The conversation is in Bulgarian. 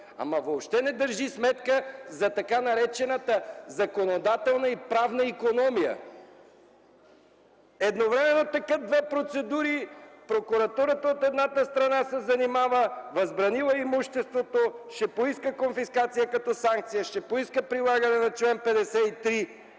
въобще не държи сметка за така наречената законодателна и правна икономия! Едновременно текат две процедури. Прокуратурата, от едната страна, се занимава, възбранила е имуществото, ще поиска конфискация като санкция, ще поиска прилагане на чл. 53,